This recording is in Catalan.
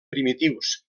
primitius